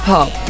Pop